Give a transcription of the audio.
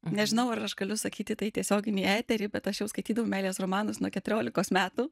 nežinau ar aš galiu sakyti tai į tiesioginį eterį bet aš jau skaitydavau meilės romanus nuo keturiolikos metų